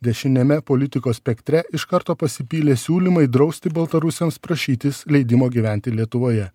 dešiniame politikos spektre iš karto pasipylė siūlymai drausti baltarusiams prašytis leidimo gyventi lietuvoje